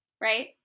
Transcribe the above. right